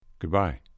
Goodbye